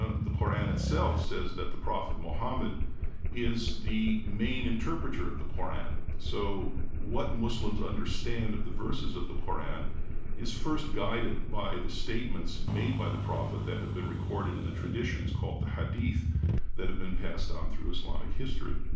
ah the qur'an itself says that the prophet muhammad is the main interpreter of the qur'an. so what muslims understand of the verses of the qur'an is first guided by the statements made by the prophet that have been recorded in the traditions called the hadith that have been passed on through islamic history.